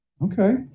Okay